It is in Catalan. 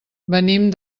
venim